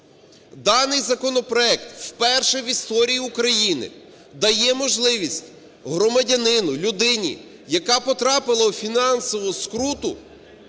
Даний законопроект вперше в історії України дає можливість громадянину, людині, яка потрапила у фінансову скруту